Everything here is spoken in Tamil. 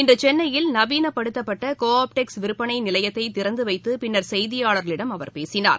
இன்று சென்னையில் நவீனப்படுத்தப்பட்ட கோ ஆப்டெக்ஸ் விற்பனை நிலையத்தை திறந்துவைத்து பின்னர் செய்தியாளர்களிடம் அவர் பேசினார்